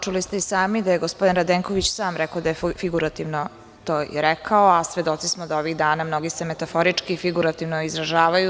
Čuli ste i sami da je gospodin Radenković sam rekao da je figurativno to i rekao, a svedoci smo da ovih dana mnogi se metaforički i figurativno izražavaju.